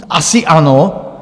Asi ano.